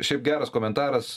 šiaip geras komentaras